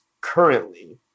currently